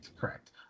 Correct